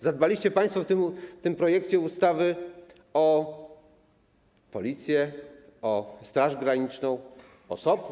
Zadbaliście państwo w tym projekcie ustawy o Policję, Straż Graniczną, SOP.